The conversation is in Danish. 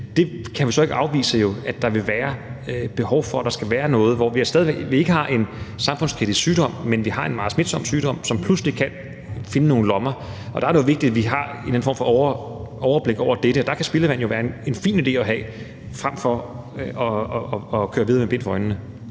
Vi kan jo så ikke afvise, at der vil være behov for, at der skal være noget i de tilfælde, hvor vi ikke har en samfundskritisk sygdom, men hvor vi har en meget smitsom sygdom, som pludselig kan finde nogle lommer. Der er det jo vigtigt, at vi har en eller anden form for overblik over det, og der kan overvågning af spildevand være en fin ting at have frem for at køre videre med bind for øjnene.